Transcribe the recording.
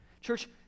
Church